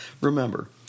Remember